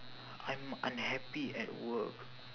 I'm unhappy at work